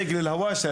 עלי הואשלה.